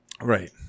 Right